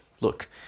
Look